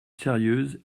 sérieuse